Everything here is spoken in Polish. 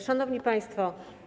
Szanowni Państwo!